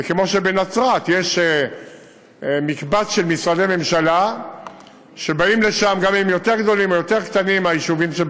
כמו שבנצרת יש מקבץ של משרדי ממשלה ובאים לשם מיישובים יותר